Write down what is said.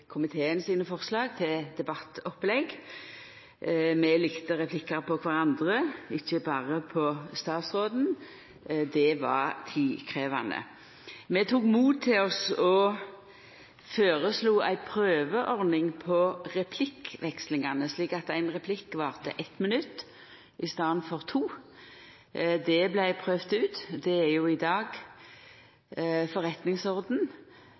komiteen sine forslag til debattopplegg. Vi likte å ta replikkar på kvarandre, ikkje berre på statsråden. Det var tidkrevjande. Vi tok mot til oss og føreslo ei prøveordning for replikkvekslingane, slik at ein replikk varte 1 minutt, i staden for 2. Det vart prøvt ut. Det er i dag forretningsorden